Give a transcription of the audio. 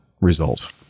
result